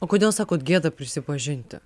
o kodėl sakot gėda prisipažinti